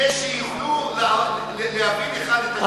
כדי שיוכלו להבין האחד את השני.